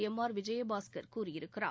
M R Vijayabaskar கூறியிருக்கிறார்